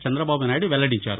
చంద్రదబాబు నాయుడు వెల్లడించారు